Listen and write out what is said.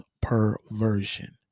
perversion